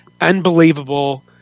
unbelievable